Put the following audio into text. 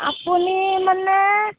আপুনি মানে